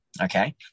Okay